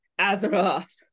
azeroth